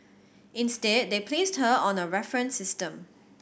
instead they placed her on a reference system